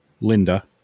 Linda